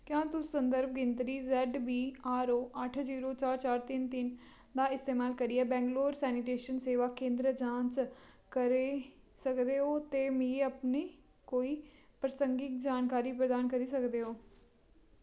क्या तुस संदर्भ गिनतरी जैड्ड वी आर ओ अट्ठ जीरो चार चार तिन्न तिन्न दा इस्तेमाल करियै बैंगलोर सैनिटेशन सेवा केंदर जांच करी सकदे ओ ते मिगी अपनी कोई प्रासंगिक जानकारी प्रदान करी सकदे ओ